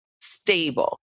stable